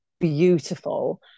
beautiful